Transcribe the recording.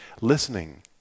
Listening